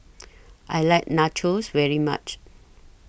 I like Nachos very much